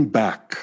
back